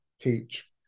teach